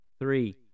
three